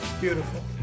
beautiful